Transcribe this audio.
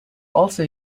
also